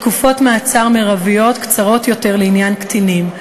תקופות מעצר מרביות קצרות יותר לעניין קטינים.